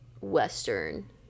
western